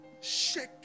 shake